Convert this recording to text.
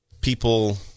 people